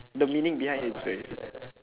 the meaning behind it is very sad